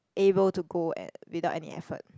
able to go and without any effort